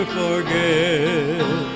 forget